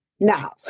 now